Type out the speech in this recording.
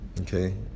Okay